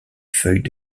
feuilles